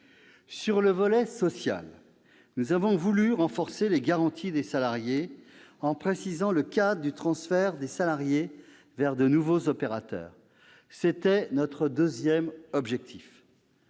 Sur le volet social, nous avons voulu renforcer les garanties des salariés, en précisant le cadre du transfert de ces derniers vers de nouveaux opérateurs. Il s'agissait de notre deuxième objectif.